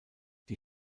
die